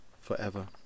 forever